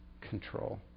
control